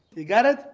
you got it?